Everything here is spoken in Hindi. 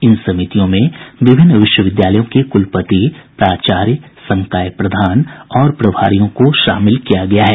इन समितियों में विभिन्न विश्वविद्यालयों के कुलपति प्राचार्य संकाय प्रधान और प्रभारियों को शामिल किया गया है